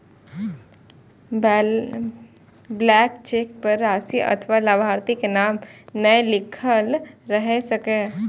blank cheque पर राशि अथवा लाभार्थी के नाम नै लिखल रहै छै